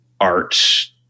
art